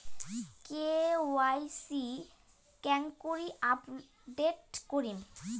KYC কেঙ্গকরি update করিম?